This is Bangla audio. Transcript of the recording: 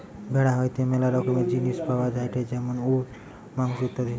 ভেড়া হইতে ম্যালা রকমের জিনিস পাওয়া যায়টে যেমন উল, মাংস ইত্যাদি